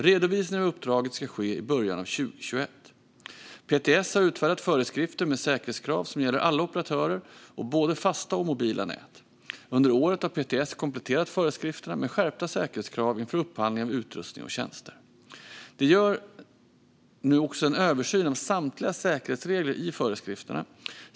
Redovisning av uppdraget ska ske i början av 2021. PTS har utfärdat föreskrifter med säkerhetskrav som gäller alla operatörer och både fasta och mobila nät. Under året har PTS kompletterat föreskrifterna med skärpta säkerhetskrav inför upphandling av utrustning och tjänster. De gör nu också en översyn av samtliga säkerhetsregler i föreskrifterna.